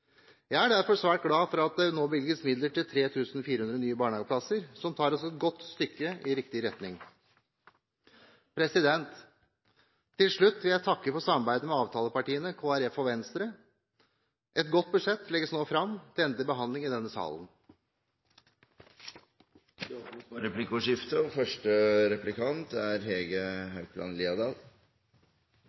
Jeg er derfor svært glad for at det nå bevilges midler til 3 400 nye barnehageplasser, som tar oss et godt stykke i riktig retning. Til slutt vil jeg takke for samarbeidet med avtalepartiene, Kristelig Folkeparti og Venstre. Et godt budsjett legges nå fram til endelig behandling i denne salen. Det blir replikkordskifte.